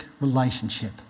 relationship